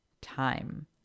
time